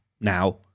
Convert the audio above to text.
now